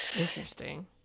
interesting